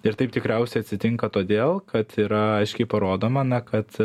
ir taip tikriausiai atsitinka todėl kad yra aiškiai parodoma kad